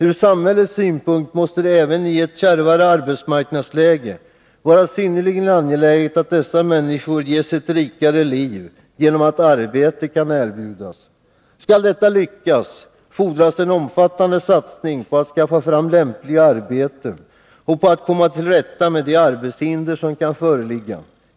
Ur samhällets synpunkt måste det även i ett kärvare arbetsmarknadsläge vara synnerligen angeläget att dessa människor ges ett rikare liv genom att arbete kan erbjudas. Skall detta lyckas, fordras en omfattande satsning när det gäller att skaffa lämpliga arbeten och att komma Nr 26 till rätta med de arbetshinder som kan föreligga.